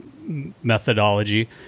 Methodology